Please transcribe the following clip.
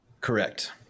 Correct